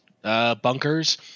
Bunkers